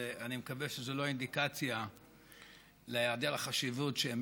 ואני מקווה שזו לא אינדיקציה להיעדר החשיבות שהם